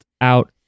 out